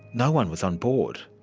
no one was on board.